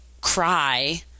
cry